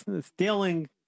stealing